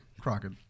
Crockett